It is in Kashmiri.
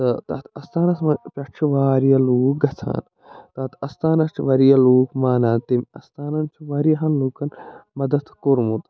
تہٕ تَتھ استانَس پٮ۪ٹھ چھِ واریاہ لوٗکھ گژھان تَتھ استانَس چھِ واریاہ لوٗکھ مانان تٔمۍ استانَن چھِ وارایاہَن لوٗکَن مدد کوٚرمُت